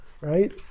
right